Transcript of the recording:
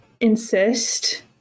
insist